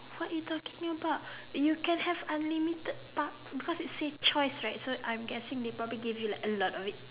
what you talking about you can have unlimited part because it said choice right so I'm guessing they'll probably give you like a lot of it